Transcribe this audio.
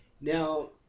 now